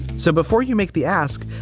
so before you make the ask,